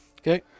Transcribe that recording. Okay